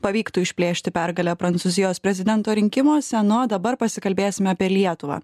pavyktų išplėšti pergalę prancūzijos prezidento rinkimuose na o dabar pasikalbėsime apie lietuvą